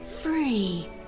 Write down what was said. free